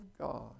God